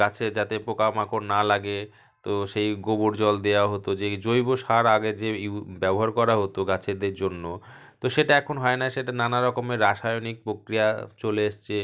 গাছে যাতে পোকা মাকড় না লাগে তো সেই গোবর জল দেয়া হতো যেই জৈব সার আগে যে ইউ ব্যবহার করা হতো গাছেদের জন্য তো সেটা এখন হয় না সেটা নানা রকমের রাসায়নিক পক্রিয়া চলে এসেছে